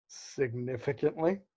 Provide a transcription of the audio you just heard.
significantly